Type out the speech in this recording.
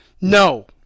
no